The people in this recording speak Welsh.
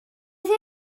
ddim